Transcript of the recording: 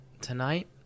tonight